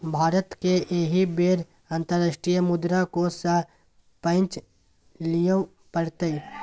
भारतकेँ एहि बेर अंतर्राष्ट्रीय मुद्रा कोष सँ पैंच लिअ पड़तै